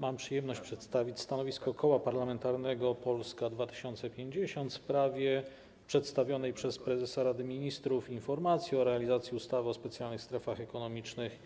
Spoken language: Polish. Mam przyjemność przedstawić stanowisko Koła Parlamentarnego Polska 2050 w sprawie przedstawionej przez prezesa Rady Ministrów informacji o realizacji ustawy o specjalnych strefach ekonomicznych